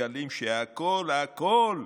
מתגלה שהכול הכול,